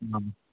ஆ